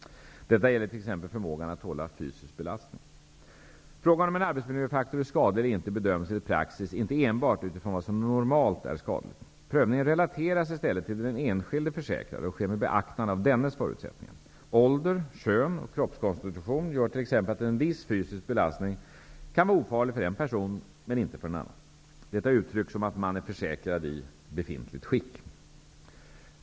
Detta gäller t.ex. förmågan att tåla fysisk belastning. Frågan om en arbetsmiljöfaktor är skadlig eller inte bedöms enligt praxis inte enbart utifrån vad som normalt är skadligt. Prövningen relateras i stället till den enskilde försäkrade och sker med beaktande av dennes förutsättningar. Ålder, kön och kroppskonstitution gör t.ex. att en viss fysisk belastning kan vara ofarlig för en person men inte för en annan. Detta uttrycks som att man är försäkrad i befintligt skick.